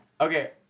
Okay